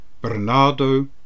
Bernardo